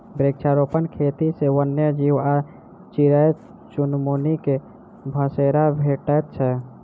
वृक्षारोपण खेती सॅ वन्य जीव आ चिड़ै चुनमुनी के बसेरा भेटैत छै